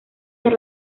per